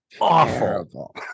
awful